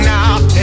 Now